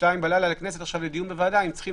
בשתיים בלילה לכנסת לדיון בוועדה אם צריכים